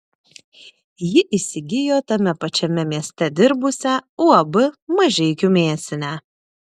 ji įsigijo tame pačiame mieste dirbusią uab mažeikių mėsinę